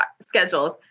schedules